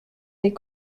des